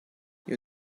you